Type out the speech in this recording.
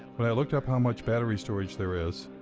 when i looked up how much battery storage there is,